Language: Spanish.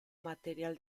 material